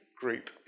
group